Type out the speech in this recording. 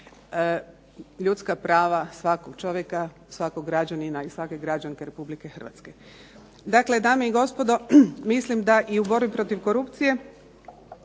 ljudska prava svakog čovjeka, svakog građanina i svake građanke RH. Dakle, dame i gospodo mislim da i u borbi protiv korupcije